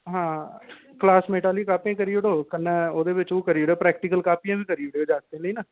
हां क्लासमेट आह्ली कापियां करी ओड़ो कन्नै ओह्दे बिच्च ओह् करी ओड़ेओ प्रैक्टीकल कापियां बी करी ओड़ेओ जागतै लेई ना